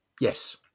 Yes